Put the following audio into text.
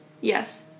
Yes